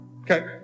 Okay